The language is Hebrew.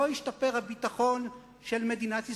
לא ישתפר הביטחון של מדינת ישראל.